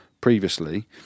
previously